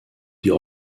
die